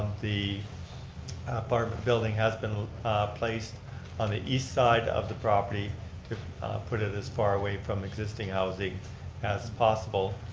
the apartment but building has been placed on the east side of the property to put it as far away from existing housing as possible.